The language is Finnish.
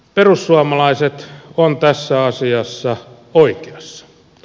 perussuomalaiset on tässä asiassa oikeassa